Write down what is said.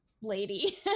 lady